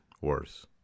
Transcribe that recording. worse